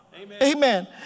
Amen